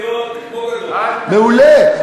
מעולה,